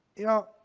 you know,